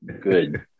good